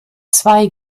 zwei